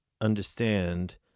understand